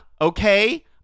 Okay